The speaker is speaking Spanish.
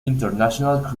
international